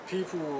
People